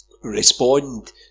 respond